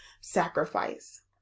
sacrifice